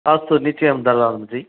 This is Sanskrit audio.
अस्तु निश्चयं ददामि जी